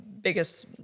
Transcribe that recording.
biggest